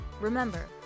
remember